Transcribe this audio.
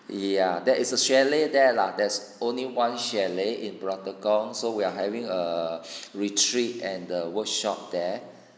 ya there is a chalet there lah there's only one chalet in pulau tekong so we are having a retreat and the workshop there